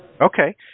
Okay